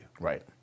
right